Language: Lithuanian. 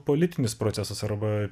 politinis procesas arba